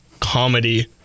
comedy